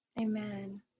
Amen